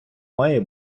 має